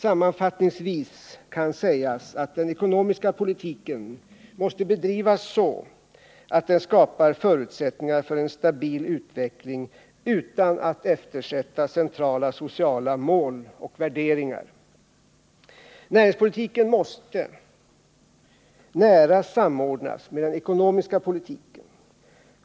Sammanfattningsvis kan sägas att den ekonomiska politiken måste bedrivas så att den skapar förutsättningar för en stabil utveckling utan att eftersätta centrala sociala mål och värderingar. Näringspolitiken måste nära samordnas med den ekonomiska politiken.